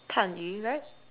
Tan-Yu right